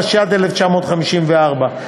התשי"ד 1954,